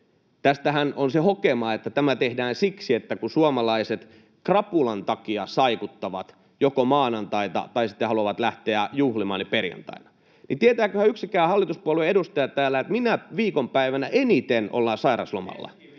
Tästähän on se hokema, että tämä tehdään siksi, että suomalaiset krapulan takia saikuttavat joko maanantaina tai, sitten kun haluavat lähteä juhlimaan, perjantaina. Tietääköhän yksikään hallituspuolueen edustaja täällä, minä viikonpäivänä eniten ollaan sairaslomalla?